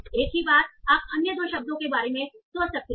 एक ही बात आप अन्य दो शब्दों के बारे में सोच सकते हैं